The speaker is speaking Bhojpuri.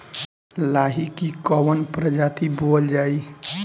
लाही की कवन प्रजाति बोअल जाई?